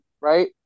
right